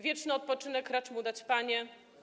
Wieczny odpoczynek racz mu dać, Panie.